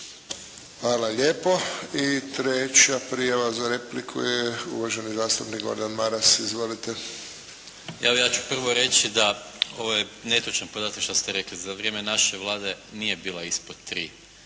Hvala lijepo. I treća prijava za repliku je uvaženi zastupnik Gordan Maras. Izvolite. **Maras, Gordan (SDP)** Evo ja ću prvo reći da ovo je netočan podatak što ste rekli, za vrijeme naše Vlade nije bila ispod 3